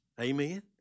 Amen